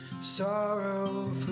Sorrow